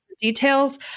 details